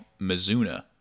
mizuna